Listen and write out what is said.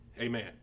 Amen